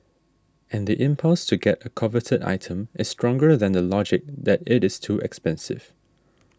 and the impulse to get a coveted item is stronger than the logic that it is too expensive